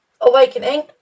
awakening